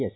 S